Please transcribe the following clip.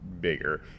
bigger